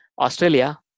Australia